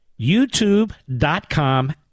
YouTube.com